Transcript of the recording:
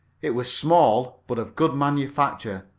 it was small, but of good manufacture,